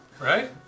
right